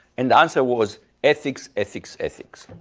and the answer was ethics, ethics, ethics,